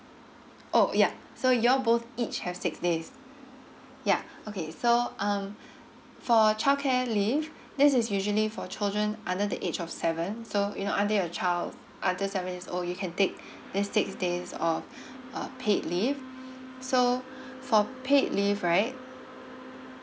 oh yeah so you all both each have six days yeah okay so um for childcare leave this is usually for children under the age of seven so you know under your child under seven years old you can take this six days of uh paid leave so for paid leave right